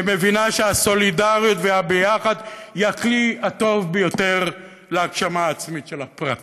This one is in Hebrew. שמבינה שהסולידריות והיחד הם הכלי הטוב ביותר להגשמה העצמית של הפרט.